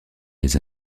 les